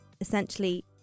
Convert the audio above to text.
essentially